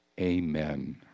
amen